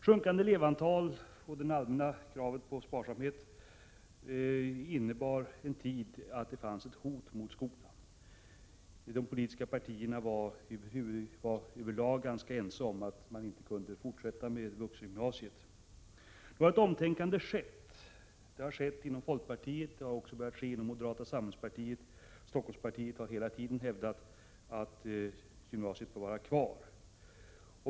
Sjunkande elevantal och det allmänna kravet på sparsamhet innebar att det en tid fanns ett hot mot skolan. De politiska partierna var över lag ganska ense om att man inte kunde fortsätta med vuxengymnasiet. Ett omtänkande har nu skett. Det har skett inom folkpartiet, och det har också börjat ske inom moderata samlingspartiet. Stockholmspartiet har hela tiden hävdat att gymnasiet bör vara kvar.